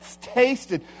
tasted